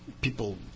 people